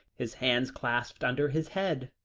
his hands clasped under his head,